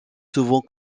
souvent